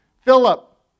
Philip